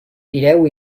tireu